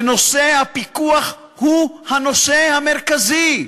שנושא הפיקוח הוא הנושא המרכזי.